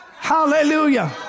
Hallelujah